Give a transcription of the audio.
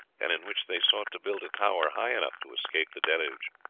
and in which they sought to build a tower high enough to escape the deluge.